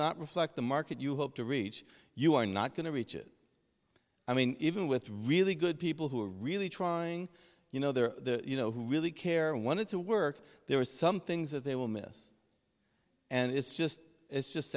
not reflect the market you hope to reach you are not going to reach it i mean even with really good people who are really trying you know their you know who really care when it to work there are some things that they will miss and it's just it's just